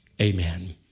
Amen